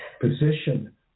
position